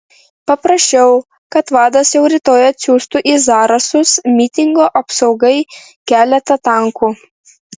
paprašiau kad vadas jau rytoj atsiųstų į zarasus mitingo apsaugai keletą tankų